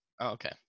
okay